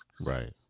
Right